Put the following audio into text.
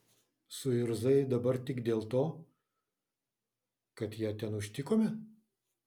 suirzai dabar tik dėl to kad ją ten užtikome